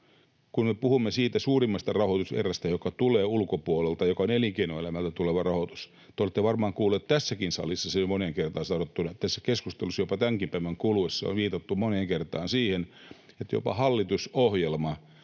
kun me puhumme siitä suurimmasta rahoituserästä, joka tulee ulkopuolelta, joka on elinkeinoelämältä tuleva rahoitus, te olette varmaan kuullut tässäkin salissa sen jo moneen kertaan sanottuna, tässä keskustelussa jopa tämänkin päivän kuluessa on viitattu moneen kertaan siihen, että jopa hallitusohjelma